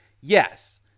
Yes